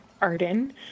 Arden